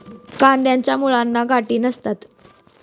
कंदाच्या मुळांना गाठी नसतात